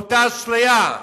מאותה אשליה?